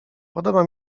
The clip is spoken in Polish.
podoba